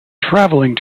travelling